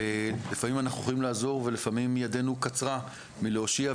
ולפעמים אנחנו יכולים לעזור ולפעמים ידנו קצרה מלהושיע,